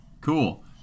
Cool